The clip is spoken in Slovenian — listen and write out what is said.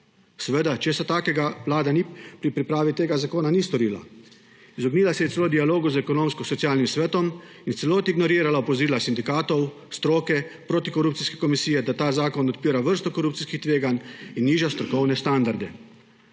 Seveda česa takega Vlada pri pripravi tega zakona ni storila. Izognila se je celo dialogu z Ekonomsko-socialnim svetom in v celoti ignorirala opozorila sindikatov, stroke, protikorupcijske komisije, da ta zakon odpira vrsto korupcijskih tveganj in niža strokovne standarde.